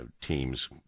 teams